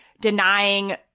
denying